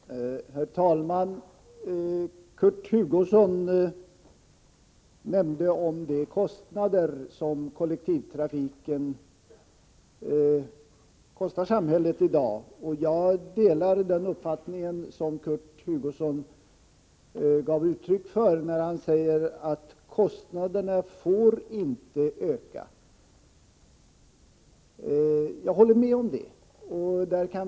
Herr talman! Kurt Hugosson nämnde vad kollektivtrafiken kostar samhället i dag. Jag delar den uppfattning som Kurt Hugosson gav uttryck för när han sade att kostnaderna inte får öka.